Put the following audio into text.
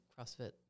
CrossFit